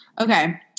Okay